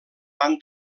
van